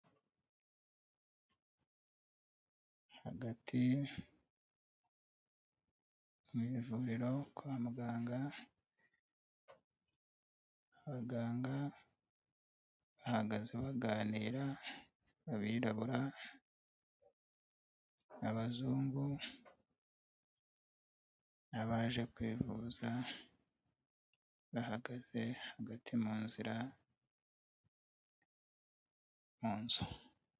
Hagati mu ivuriro kwa muganga, abaganga bahagaze baganira, abirabura, abazungu n'abaje kwivuza bahagaze hagati mu nzira mu nzu.